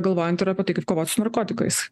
galvojant ir apie tai kaip kovot su narkotikais